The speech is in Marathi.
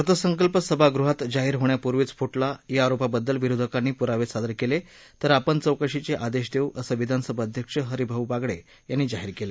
अर्थसंकल्प सभागृहात जाहीर होण्यापूर्वीच फुटला या आरोपाबद्दल विरोधकांनी पुरावे सादर केले तर आपण चौकशीचे आदेश देऊ असं विधानसभा अध्यक्ष हरिभाऊ बागडे यांनी जाहीर केले